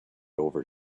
over